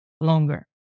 longer